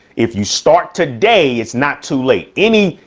if you start today, it's not too late. any,